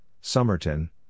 Somerton